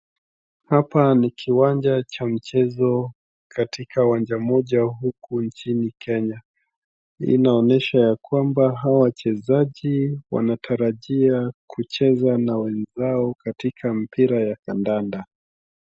Hapa ni kiwanja cha michezo katika uwanja mmoja huku nchini Kenya. Hii inaonyesha ya kwamba hawa wachezaji wanatarajia kucheza na wenzao katika mpira ya kadada.